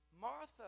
Martha